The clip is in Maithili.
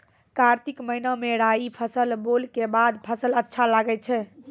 कार्तिक महीना मे राई फसल बोलऽ के बाद फसल अच्छा लगे छै